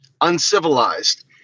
uncivilized